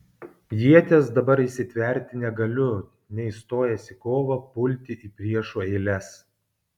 ieties dabar įsitverti negaliu nei stojęs į kovą pulti į priešų eiles